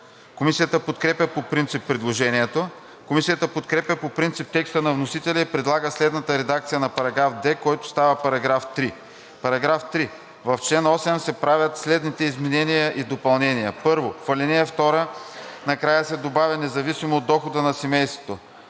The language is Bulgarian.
Комисията подкрепя по принцип предложението. Комисията подкрепя по принцип текста на вносителя и предлага следната редакция на § 2, който става § 3: „§ 3. В чл. 8 се правят следните изменения и допълнения: „1. В ал. 2 накрая се добавя „независимо от дохода на семейството“.